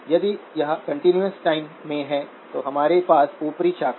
यदि यह continuous time में है तो हमारे पास ऊपरी शाखा है